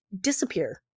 disappear